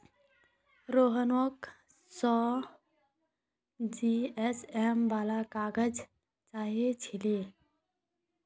रोहनक सौ जीएसएम वाला काग़ज़ चाहिए छिले